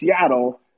Seattle